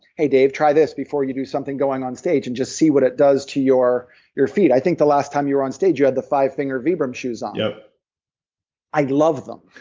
hey dave try this before you do something going on stage and just see what it does to your your feet. i think the last time you were onstage you had the fivefingers vibram shoes on yep i love them.